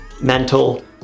mental